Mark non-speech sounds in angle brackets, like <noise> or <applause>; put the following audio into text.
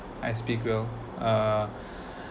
I speak well uh <breath>